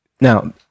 Now